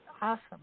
Awesome